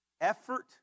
effort